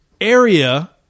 area